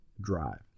drive